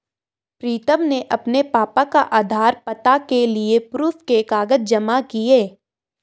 प्रीतम ने अपने पापा का आधार, पता के लिए प्रूफ के कागज जमा किए